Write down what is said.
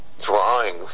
Drawing